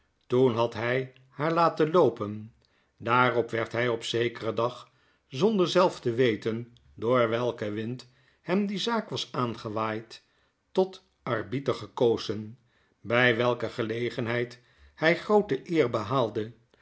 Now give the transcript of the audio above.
toen had hy haar laten loopen daarop werd hij op zekeren dag zonder zelf te weten door welken wind hem die zaak was aangewaaid tot arbiter gekozen bij welke gelegenheid hy groote eer behaalde